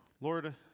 Lord